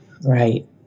right